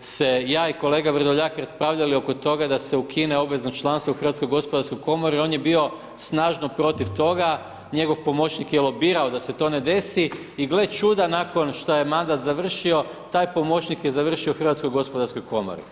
se ja i kolega Vrdoljak raspravljali oko toga da se ukine obvezno članstvo u HGK-u, on je bio snažno protiv toga, njegov pomoćnik je lobirao da se to ne desi i gle čuda nakon što je mandat završio taj pomoćnik je završio u Hrvatskoj gospodarskoj komori.